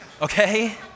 Okay